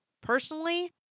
personally